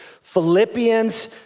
Philippians